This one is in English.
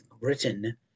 Britain